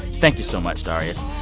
thank you so much, darius.